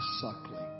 suckling